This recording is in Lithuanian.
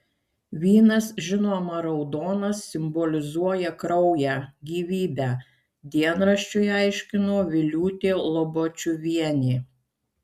vynas žinoma raudonas simbolizuoja kraują gyvybę dienraščiui aiškino viliūtė lobačiuvienė